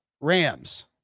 Rams